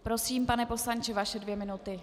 Prosím, pane poslanče, vaše dvě minuty.